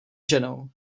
ženou